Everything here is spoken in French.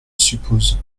suppose